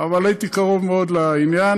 אבל הייתי קרוב מאוד לעניין.